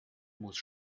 muss